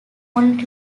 only